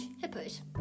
hippos